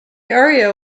area